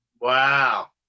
Wow